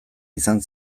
izan